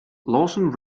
lawson